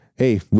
hey